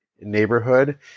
neighborhood